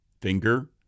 finger